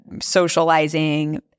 socializing